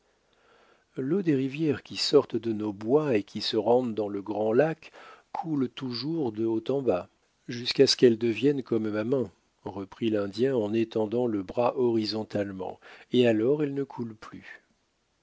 l'eau des rivières qui sortent de nos bois et qui se rendent dans le grand lac coule toujours de haut en bas jusqu'à ce quelles deviennent comme ma main reprit l'indien en étendant le bras horizontalement et alors elle ne coule plus